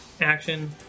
Action